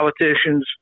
politicians